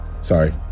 sorry